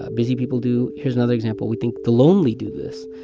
ah busy people do. here's another example. we think the lonely do this.